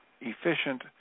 efficient